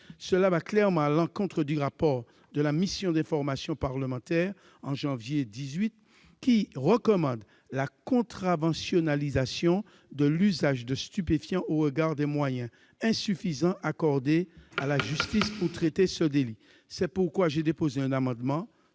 Cela va clairement à l'encontre du rapport de la mission d'information parlementaire du mois de janvier 2018, qui recommande la contraventionnalisation de l'usage de stupéfiants au regard des moyens insuffisants accordés à la justice pour traiter ce délit. C'est pourquoi j'ai déposé un amendement